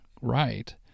right